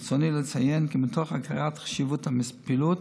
ברצוני לציין כי מתוך הכרת חשיבות הפעילות,